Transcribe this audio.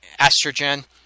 estrogen